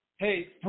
hey